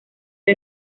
era